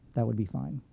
that would be fine.